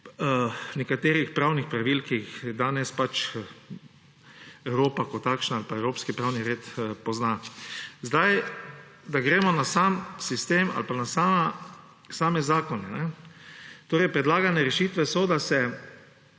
nekaterih pravnih pravil, ki jih danes pač Evropa kot takšna ali pa evropski pravni red pozna. Da gremo na sam sistem ali pa na same zakone. Predlagane rešitve so, da se